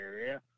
area